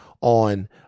on